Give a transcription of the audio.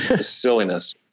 silliness